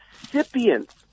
recipients